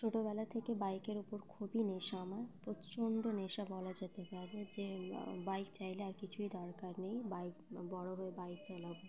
ছোটোবেলা থেকে বাইকের ওপর খুবই নেশা আমার প্রচণ্ড নেশা বলা যেতে পারে যে বাইক চাইলে আর কিছুই দরকার নেই বাইক বড়ো হয়ে বাইক চালাবো